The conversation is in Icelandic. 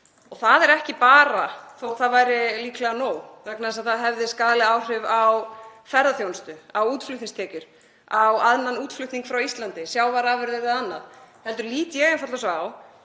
og það er ekki bara það, þótt það væri líklega nóg vegna þess að það hefði skaðleg áhrif á ferðaþjónustu, á útflutningstekjur, á annan útflutning frá Íslandi, sjávarafurðum og annað, heldur lít ég einfaldlega svo á